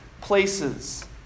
places